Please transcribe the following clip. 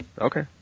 Okay